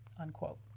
unquote